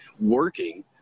working